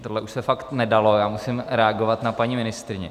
Tohle už se fakt nedalo, já musím reagovat na paní ministryni.